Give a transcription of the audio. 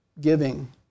giving